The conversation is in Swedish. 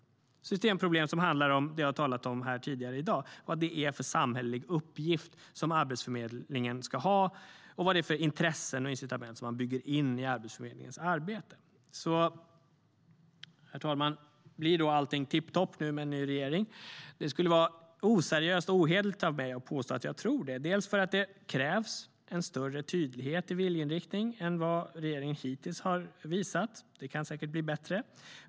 Det är systemproblem som vi har talat om tidigare i dag, vilken samhällelig uppgift som Arbetsförmedlingen ska ha och vilka intressen och incitament som man bygger in i Arbetsförmedlingens arbete. Herr talman! Blir då allt tipptopp med en ny regering? Det skulle vara oseriöst och ohederligt av mig att påstå att jag tror det. Det krävs en större tydlighet i viljeinriktningen än vad regeringen hittills har visat - det kan säkert bli bättre.